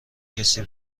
کسی